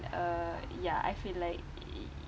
uh ya I feel like